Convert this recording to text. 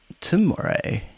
tomorrow